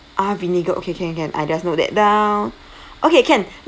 ah vinegar okay can can I just note that down okay can